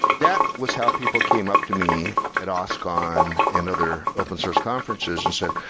that was how people came up to me at oscon and other open source conferences and said,